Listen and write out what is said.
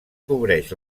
cobreix